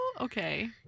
okay